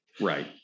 Right